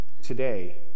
today